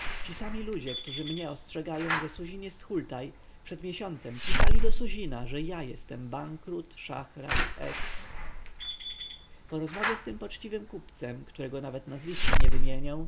ci sami ludzie którzy mnie ostrzegają że suzin jest hultaj przed miesiącem pisali do suzina że ja jestem bankrut szachraj eks po rozmowie z tym poczciwym kupcem którego nawet nazwiska nie wymienię